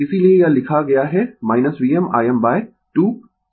इसीलिए यह लिखा गया है VmIm 2 sin 2 ω t